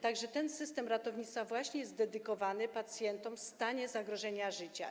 Tak że ten system ratownictwa właśnie jest dedykowany pacjentom w stanie zagrożenia życia.